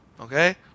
okay